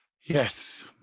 Yes